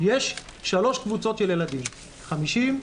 יש שלוש קבוצות של ילדים, 50%,